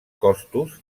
costos